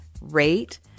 rate